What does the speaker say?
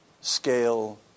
scale